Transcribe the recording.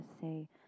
say